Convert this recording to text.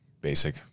Basic